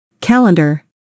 Calendar